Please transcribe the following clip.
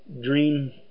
dream